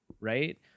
right